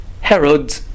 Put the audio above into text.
Herod